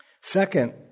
second